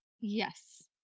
Yes